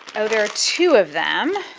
ah oh, there are two of them.